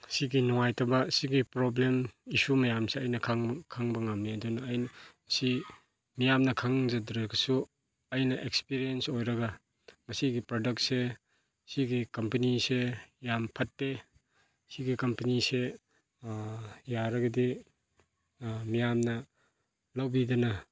ꯁꯤꯒꯤ ꯅꯨꯡꯉꯥꯏꯇꯕ ꯁꯤꯒꯤ ꯄ꯭ꯔꯣꯕ꯭ꯂꯦꯝ ꯏꯁꯨ ꯃꯌꯥꯝꯁꯦ ꯑꯩꯅ ꯈꯪꯕ ꯉꯝꯃꯤ ꯑꯗꯨꯅ ꯑꯩ ꯁꯤ ꯃꯤꯌꯥꯝꯅ ꯈꯪꯖꯗ꯭ꯔꯒꯁꯨ ꯑꯩꯅ ꯑꯦꯛꯁꯄꯤꯔꯤꯌꯦꯟꯁ ꯑꯣꯏꯔꯒ ꯃꯁꯤꯒꯤ ꯄ꯭ꯔꯗꯛꯁꯦ ꯁꯤꯒꯤ ꯀꯝꯄꯅꯤꯁꯦ ꯌꯥꯝ ꯐꯠꯇꯦ ꯁꯤꯒꯤ ꯀꯝꯄꯅꯤꯁꯦ ꯌꯥꯔꯒꯗꯤ ꯃꯤꯌꯥꯝꯅ ꯂꯧꯕꯤꯗꯅ